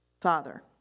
father